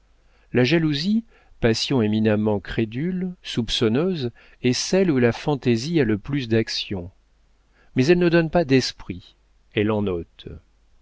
la jalousie passion éminemment crédule soupçonneuse est celle où la fantaisie a le plus d'action mais elle ne donne pas d'esprit elle en ôte